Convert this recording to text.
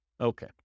Okay